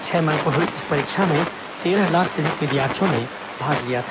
छह मई को हुई इस परीक्षा में तेरह लाख से अधिक विद्यार्थियों ने भाग लिया था